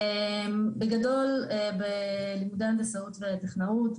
בגדול בלימודי הנדסאות וטכנאות,